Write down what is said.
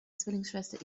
zwillingsschwester